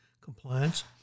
compliance